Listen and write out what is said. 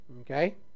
okay